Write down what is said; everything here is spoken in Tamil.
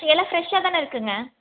எல்லாம் ஃப்ரெஷாகதான இருக்குங்க